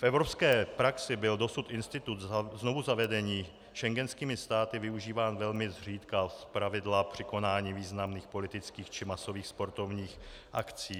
V evropské praxi byl dosud institut znovuzavedení schengenskými státy využíván velmi zřídka, zpravidla při konání významných politických či masových sportovních akcí.